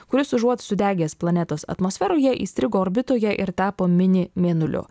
kuris užuot sudegęs planetos atmosferoje įstrigo orbitoje ir tapo mini mėnuliu